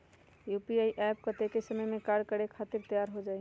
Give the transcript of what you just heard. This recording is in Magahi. यू.पी.आई एप्प कतेइक समय मे कार्य करे खातीर तैयार हो जाई?